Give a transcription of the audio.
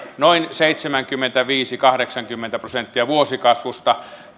noin seitsemänkymmentäviisi viiva kahdeksankymmentä prosenttia vuosikasvusta